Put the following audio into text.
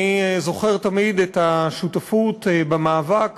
אני זוכר תמיד את השותפות במאבק